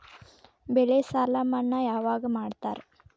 ಬೆಳೆ ಸಾಲ ಮನ್ನಾ ಯಾವಾಗ್ ಮಾಡ್ತಾರಾ?